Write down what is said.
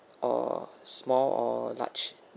or small or large